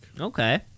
Okay